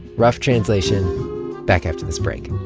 rough translation back after this break